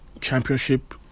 Championship